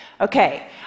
Okay